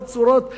כל צורות הבילוי.